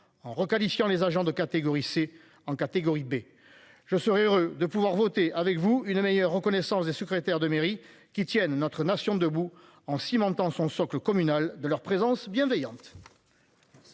en requalifiant les agents de catégorie C, en catégorie B, je serai heureux de pouvoir voter avec vous une meilleure reconnaissance des secrétaires de mairie qui tienne notre nation debout en cimentant son socle communal de leur présence bienveillante.